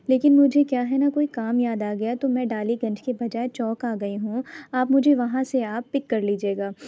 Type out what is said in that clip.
لیکن مجھے کیا ہے نا کوئی کام یاد آ گیا تو میں ڈالی گنج کے بجائے چوک آ گئی ہوں آپ مجھے وہاں سے آپ پک کر لیجیے گا